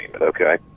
okay